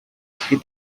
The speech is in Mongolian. ихэд